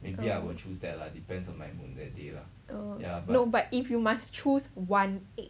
oh no but if you must choose one egg